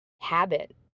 habit